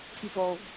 people